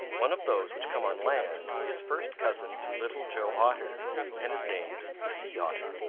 one of those which come on land is first cousin to little joe otter and is named the sea otter.